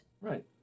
right